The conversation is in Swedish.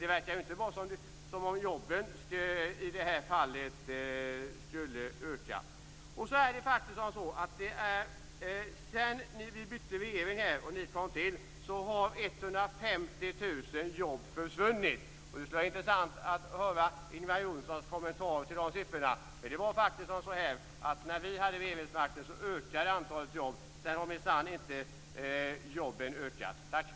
Det verkar inte som om antalet jobb skulle öka i detta fall. Sedan vi bytte regering och ni kom till makten har 150 000 jobb försvunnit. Det skulle vara intressant att höra Ingvar Johnssons kommentar till de siffrorna. När vi hade regeringsmakten ökade antalet jobb. Sedan dess har antalet jobb minsann inte ökat.